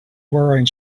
wearing